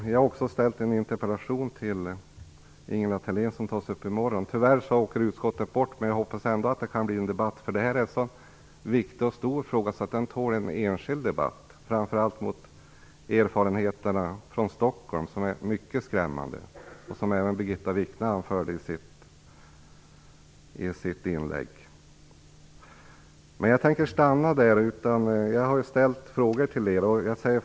Vi har också ställt en interpellation till Ingela Thalén som kommer att besvaras i morgon, då utskottet tyvärr reser bort. Men jag hoppas att det ändå kan bli debatt, därför att detta är en så stor och viktig fråga att den tål en enskild debatt. Det gäller framför allt mot bakgrund av erfarenheterna från Stockholm som är mycket skrämmande, vilket även Birgitta Wichne anförde i sitt inlägg. Jag har ju ställt frågor till tidigare talare.